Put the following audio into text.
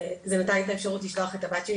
זה נתן לי את האפשרות לשלוח את הבת שלי